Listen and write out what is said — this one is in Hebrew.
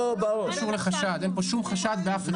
אין פה שום חשד באף אחד.